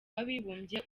w’abibumbye